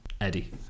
Eddie